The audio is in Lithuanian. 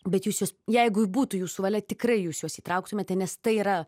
bet jus juos jeigu būtų jūsų valia tikrai jūs juos įtrauktumėte nes tai yra